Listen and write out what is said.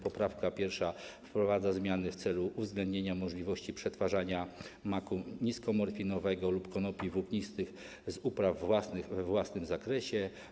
Poprawka 1. wprowadza zmiany w celu uwzględnienia możliwości przetwarzania maku niskomorfinowego lub konopi włóknistych z upraw własnych we własnym zakresie.